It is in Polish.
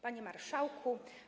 Panie Marszałku!